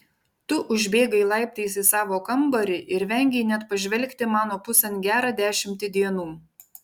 tu užbėgai laiptais į savo kambarį ir vengei net pažvelgti mano pusėn gerą dešimtį dienų